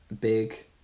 Big